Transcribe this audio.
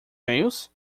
meios